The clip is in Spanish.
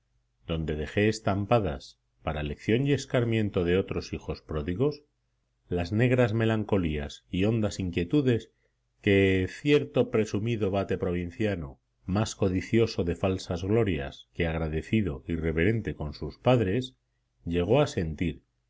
donde dejé estampadas para lección y escarmiento de otros hijos pródigos las negras melancolías y hondas inquietudes que cierto presumido vate provinciano más codicioso de falsas glorias que agradecido y reverente con sus padres llegó a sentir